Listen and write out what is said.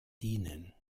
dienen